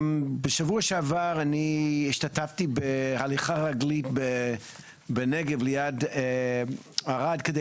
בשבוע שעבר אני השתתפתי בהליכה רגלית בנגב ליד ערד כדי